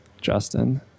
Justin